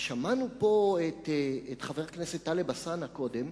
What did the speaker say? שמענו פה את חבר הכנסת טלב אלסאנע קודם.